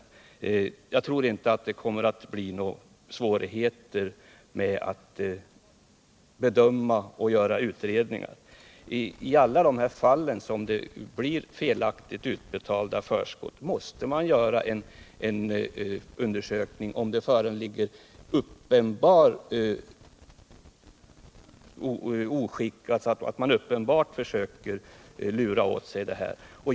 Jag tror inte att det kommer att bli några svårigheter att bedöma förhållandena och göra utredningar. I alla de fall felaktigt utbetalda förskott förekommit måste man göra en undersökning om det föreligger uppenbart oskick, allså att man uppenbart försökt lura till sig detta.